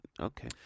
Okay